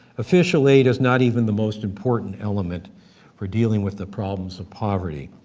official aid is not even the most important element for dealing with the problems of poverty.